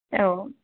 औ